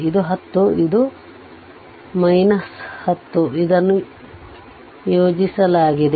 ಇದು 10 ಇದು 10 ಇದನ್ನು ಯೋಜಿಸಲಾಗಿದೆ